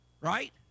right